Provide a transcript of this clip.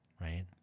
Right